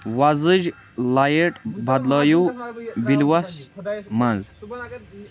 وۄزٕج light بدلٲیِو بِلوَس منٛز